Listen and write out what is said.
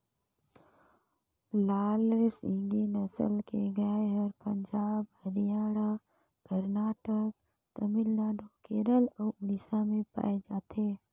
लाल सिंघी नसल के गाय हर पंजाब, हरियाणा, करनाटक, तमिलनाडु, केरल अउ उड़ीसा में पाए जाथे